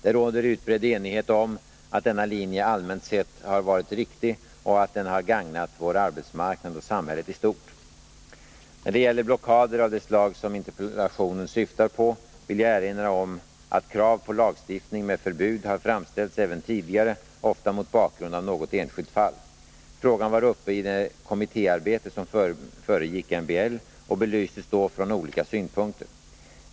Det råder utbredd enighet om att denna linje allmänt sett har varit riktig och att den har gagnat vår arbetsmarknad och samhället i När det gäller blockader av det slag som interpellationen syftar på vill jag erinra om att krav på lagstiftning med förbud har framställts även tidigare, ofta mot bakgrund av något enskilt fall. Frågan var uppe i det kommittéarbete som föregick MBL och belystes då från olika synpunkter.